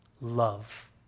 Love